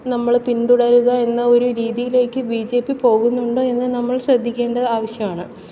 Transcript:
നമ്മൾ പിന്തുടരുക എന്ന ഒരു രീതിയിലേക്ക് ബി ജെ പി പോകുന്നുണ്ടോ എന്ന് നമ്മൾ ശ്രദ്ധിക്കേണ്ടത് ആവശ്യമാണ്